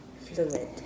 fluid